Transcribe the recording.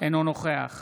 אינו נוכח